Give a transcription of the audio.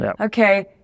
okay